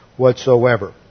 Whatsoever